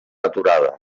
aturada